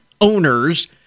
owners